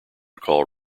call